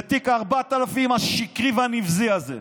זה תיק 4000 השקרי והנבזי הזה.